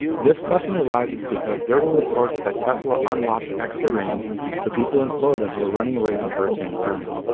this question arises because there were reports that tesla unlocked extra range for people in florida who were running away from hurricane irma.